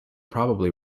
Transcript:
probably